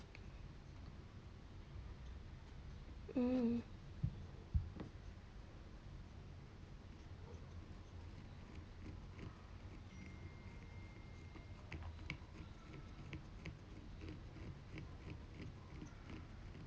mm